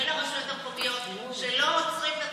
ולרשויות המקומיות שלא עוצרים את התוכנית,